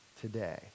today